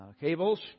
Cables